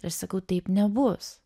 ir sakau taip nebus